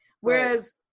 Whereas